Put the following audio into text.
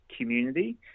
community